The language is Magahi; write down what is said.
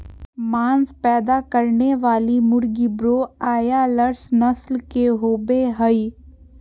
मांस पैदा करने वाली मुर्गी ब्रोआयालर्स नस्ल के होबे हइ